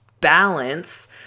balance